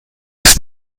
ist